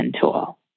tool